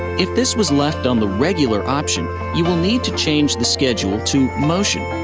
if this was left on the regular option, you will need to change the schedule to motion.